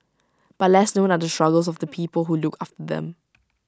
but less known are the struggles of the people who look after them